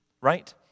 right